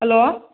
hello